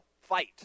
fight